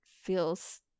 feels